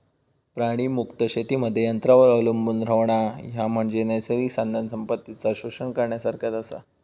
प्राणीमुक्त शेतीमध्ये यंत्रांवर अवलंबून रव्हणा, ह्या म्हणजे नैसर्गिक साधनसंपत्तीचा शोषण करण्यासारखाच आसा